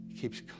keeps